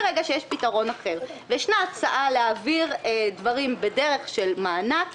ויש הצעה להעביר דברים בדרך של מענק,